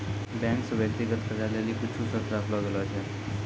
bank से व्यक्तिगत कर्जा लेली कुछु शर्त राखलो गेलो छै